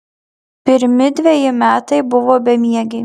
pirmi dveji metai buvo bemiegiai